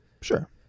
Sure